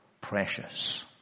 precious